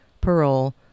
parole